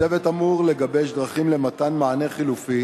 הצוות אמור לגבש דרכים למתן מענה חלופי